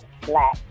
black